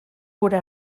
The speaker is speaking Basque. gure